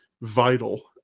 vital